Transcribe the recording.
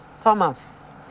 Thomas